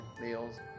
meals